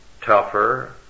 tougher